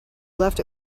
left